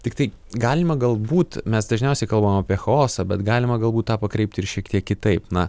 tiktai galima galbūt mes dažniausiai kalbam apie chaosą bet galima galbūt tą pakreipti ir šiek tiek kitaip na